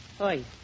Oi